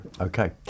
Okay